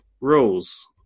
rules